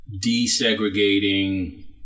desegregating